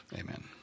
Amen